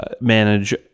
manage